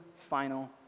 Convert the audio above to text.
final